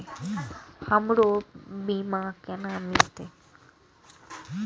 हमरो बीमा केना मिलते?